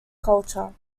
culture